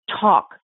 talk